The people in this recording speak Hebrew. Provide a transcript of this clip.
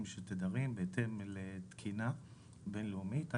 של תדרים בהתאם לתקינה בין לאומית.